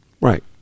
right